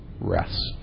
rest